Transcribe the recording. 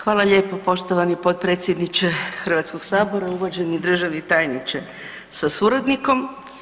Hvala lijepo poštovani potpredsjedniče Hrvatskog sabora, uvaženi državni tajniče sa suradnikom.